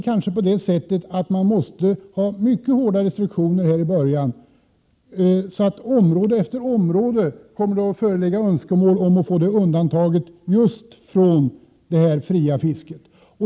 Då måste man kanske ha mycket hårda restriktioner i början. I område efter område kommer det att föreligga önskemål om undantag från det fria fisket.